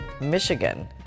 Michigan